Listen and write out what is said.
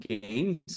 games